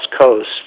Coast